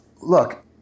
look